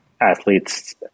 athletes